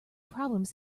problems